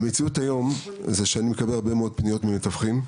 המציאות היום היא שאני מקבל היום הרבה מאוד פניות ממתווכים,